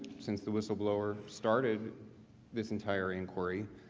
since the whistleblower started this entire inquiry.